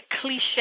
cliche